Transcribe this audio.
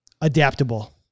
adaptable